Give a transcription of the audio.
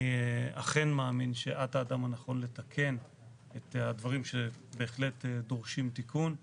אני אכן מאמין שאת האדם הנכון לתקן את הדברים שבהחלט דורשים תיקון,